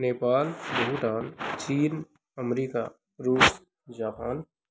Nepal Bhutan China America Russia Japan